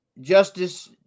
Justice